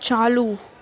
چالو